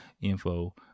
info